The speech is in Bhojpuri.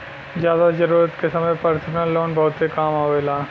जादा जरूरत के समय परसनल लोन बहुते काम आवेला